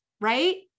right